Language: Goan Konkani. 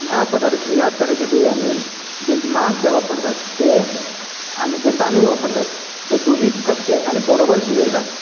ह्या पदार्थ ह्या तरेच्या बिर्याणीन मांस जे वापरतात ते आनी जे तांदूळ वापरतात ते दोनी कच्चे आनी बरोबर शिजयतात